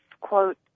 quote